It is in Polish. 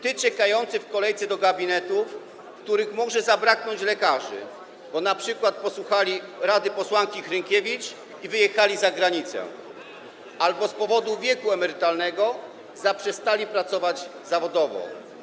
Ty, czekający w kolejce do gabinetów, w których może zabraknąć lekarzy, bo np. posłuchali rady posłanki Hrynkiewicz i wyjechali za granicę albo z powodu wieku emerytalnego zaprzestali pracować zawodowo.